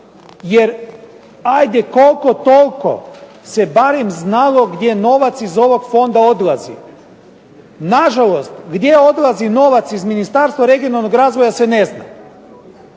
jer ajde koliko toliko se barem znalo gdje novac iz ovog fonda odlazi. Nažalost, gdje odlazi novac iz Ministarstva regionalnog razvoja se ne zna.